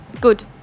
Good